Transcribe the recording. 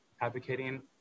advocating